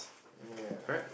ya